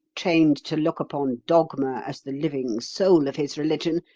trained to look upon dogma as the living soul of his religion,